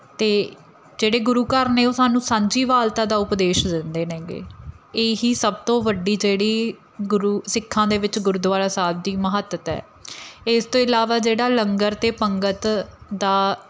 ਅਤੇ ਜਿਹੜੇ ਗੁਰੂ ਘਰ ਨੇ ਉਹ ਸਾਨੂੰ ਸਾਂਝੀਵਾਲਤਾ ਦਾ ਉਪਦੇਸ਼ ਦਿੰਦੇ ਨੇਗੇ ਇਹੀ ਸਭ ਤੋਂ ਵੱਡੀ ਜਿਹੜੀ ਗੁਰੂ ਸਿੱਖਾਂ ਦੇ ਵਿੱਚ ਗੁਰਦੁਆਰਾ ਸਾਹਿਬ ਦੀ ਮਹੱਤਤਾ ਹੈ ਇਸ ਤੋਂ ਇਲਾਵਾ ਜਿਹੜਾ ਲੰਗਰ ਅਤੇ ਪੰਗਤ ਦਾ